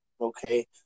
okay